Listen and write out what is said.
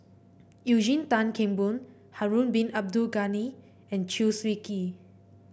Eugene Tan Kheng Boon Harun Bin Abdul Ghani and Chew Swee Kee